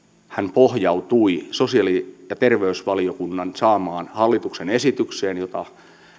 pohjautui sosiaali ja terveysvaliokunnan saamaan hallituksen esitykseen jota